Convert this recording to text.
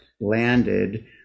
landed